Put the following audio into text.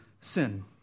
sin